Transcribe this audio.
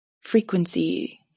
frequency